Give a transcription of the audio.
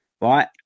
right